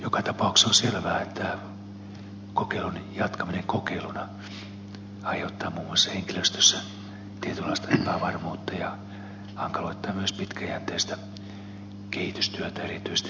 joka tapauksessa on selvää että kokeilun jatkaminen kokeiluna aiheuttaa muun muassa henkilöstössä tietynlaista epävarmuutta ja hankaloittaa myös pitkäjänteistä kehitystyötä erityisesti sosiaali ja terveyssektorin investointien osalta